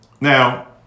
Now